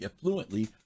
fluently